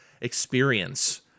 experience